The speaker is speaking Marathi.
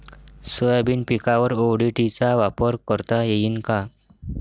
सोयाबीन पिकावर ओ.डी.टी चा वापर करता येईन का?